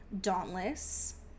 Dauntless